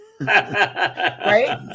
Right